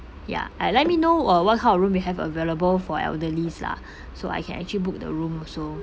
ya ah let me know uh what kind of room you have available for elderlies lah so I can actually book the room also